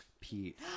Pete